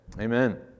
Amen